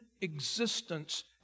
existence